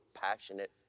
passionate